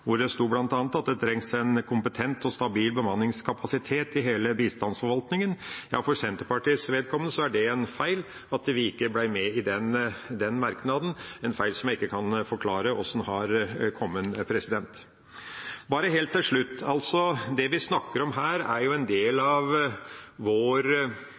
hvor det bl.a. sto at det trengs en «kompetent og stabil bemanningskapasitet i hele bistandsforvaltningen». For Senterpartiets vedkommende er det en feil at vi ikke ble med i den merknaden, en feil som jeg ikke kan forklare hvordan har oppstått. Bare helt til slutt: Det vi snakker om her, er en del av vår